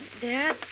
Dad